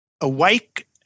awake